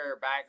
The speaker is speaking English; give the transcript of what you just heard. back